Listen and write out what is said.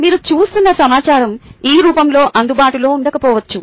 మీరు చూస్తున్న సమాచారం ఈ రూపంలో అందుబాటులో ఉండకపోవచ్చు